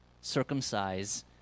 circumcise